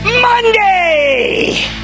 Monday